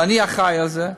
ואני אחראי לזה,